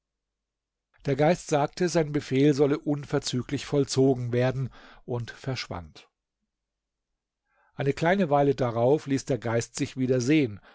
der geist sagte sein befehl solle unverzüglich vollzogen werden und verschwand eine kleine weile darauf ließ der geist sich wieder sehen